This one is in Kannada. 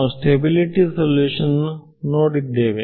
ನಾವು ಸ್ಟೆಬಿಲಿಟಿ ಸಲ್ಯೂಷನ್ ನೋಡಿದ್ದೇವೆ